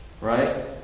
Right